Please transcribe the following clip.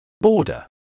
border